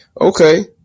Okay